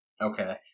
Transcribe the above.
Okay